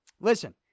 Listen